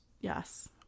Yes